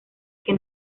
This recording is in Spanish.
que